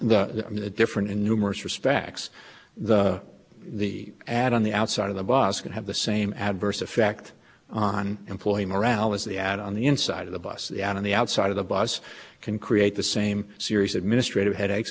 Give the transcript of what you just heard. the the different in numerous respects the the ad on the outside of the bus can have the same adverse effect on employee morale as the add on the inside of the bus the on the outside of the bus can create the same series administrative headaches